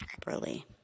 properly